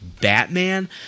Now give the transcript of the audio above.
Batman